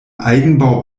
eigenbau